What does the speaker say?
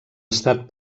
estat